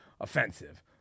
offensive